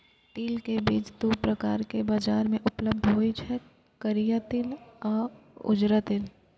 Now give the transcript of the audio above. तिल के बीज दू प्रकारक बाजार मे उपलब्ध होइ छै, करिया तिल आ उजरा तिल